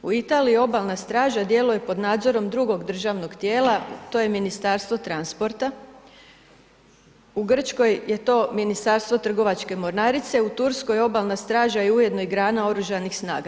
U Italiji obalna straža djeluje pod nadzorom drugog državnog tijela to je Ministarstvo transporta, u Grčkoj je to Ministarstvo trgovačke mornarice, u Turskoj obalna straža je ujedno i grana oružanih snaga.